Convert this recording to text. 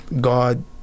God